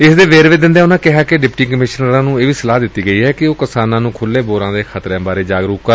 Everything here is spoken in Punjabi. ਇਸ ਦੇ ਵੇਰਵੇ ਦਿੰਦਿਆਂ ਉਨੁਾਂ ਕਿਹਾ ਕਿ ਡਿਪਟੀ ਕਮਿਸ਼ਨਰਾਂ ਨੂੰ ਇਹ ਸਲਾਹ ਦਿੱਤੀ ਗਈ ਏ ਕਿ ਉਹ ਕਿਸਾਨਾਂ ਨੂੰ ਖੁਲ੍ਹੇ ਬੋਰਾਂ ਦੇ ਖਤਰਿਆਂ ਬਾਰੇ ਜਾਗਰੂਕ ਕਰਨ